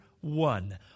one